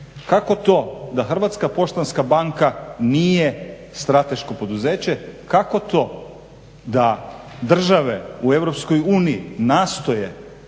kako to da Hrvatska poštanska banka nije strateško poduzeće, kako to da države u EU nastoje